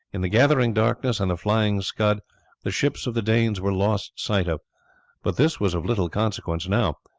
in the gathering darkness and the flying scud the ships of the danes were lost sight of but this was of little consequence now,